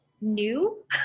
new